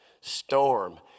storm